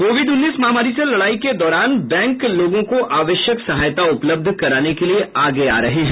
Covid उन्नीस महामारी से लड़ाई के दौरान बैंक लोगों को आवश्यक सहायता उपलब्ध कराने के लिए आगे आ रहे हैं